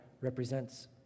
represents